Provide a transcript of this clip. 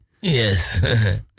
Yes